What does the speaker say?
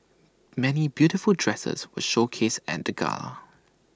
many beautiful dresses were showcased at the gala